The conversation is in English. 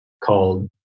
called